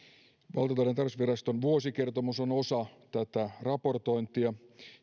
louden tarkastusviraston vuosikertomus on osa tätä raportointia